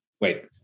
Wait